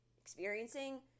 experiencing